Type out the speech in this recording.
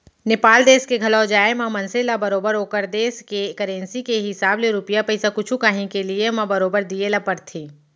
नेपाल देस के घलौ जाए म मनसे ल बरोबर ओकर देस के करेंसी के हिसाब ले रूपिया पइसा कुछु कॉंही के लिये म बरोबर दिये ल परथे